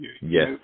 yes